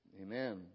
Amen